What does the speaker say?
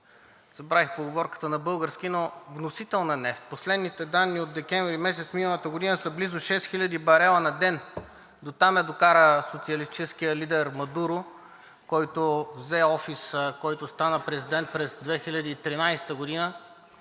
Забравих поговорката на български, но вносител на нефт. Последните данни от декември месец миналата година са близо 6000 барела на ден – дотам я докара социалистическият лидер Мадуро, който взе офис, който стана президент през 2013 г.